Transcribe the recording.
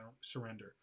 surrender